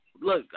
Look